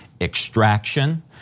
extraction